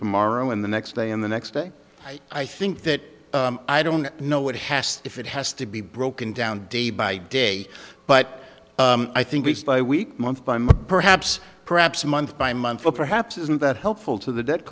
tomorrow and the next day and the next day i think that i don't know what has if it has to be broken down day by day but i think least by week month by month perhaps perhaps month by month or perhaps isn't that helpful to the de